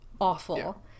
awful